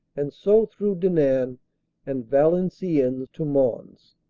and so through denain and valenciennes to mons.